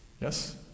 Yes